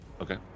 Okay